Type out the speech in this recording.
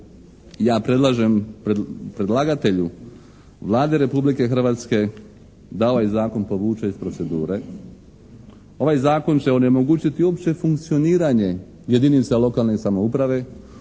Ja predlažem predlagatelju Vladi Republike Hrvatske da ovaj zakon povuče iz procedure. Ovaj zakon će onemogućiti uopće funkcioniranje jedinica lokalne samouprave.